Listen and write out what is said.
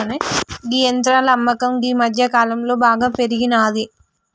గీ యంత్రాల అమ్మకం గీ మధ్యకాలంలో బాగా పెరిగినాది